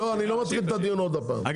לא אני לא מתחיל את הדיון עוד פעם,